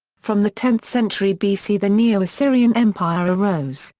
from the tenth century bc the neo-assyrian empire arose,